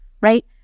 right